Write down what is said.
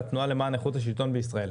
לתנועה למען איכות השלטון בישראל.